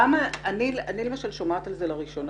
אני למשל שומעת על כך לראשונה.